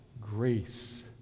Grace